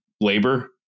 labor